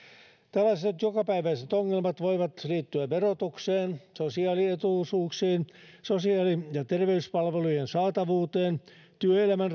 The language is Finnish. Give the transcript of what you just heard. tällaiset jokapäiväiset ongelmat voivat liittyä verotukseen sosiaalietuisuuksiin sosiaali ja terveyspalvelujen saatavuuteen työelämän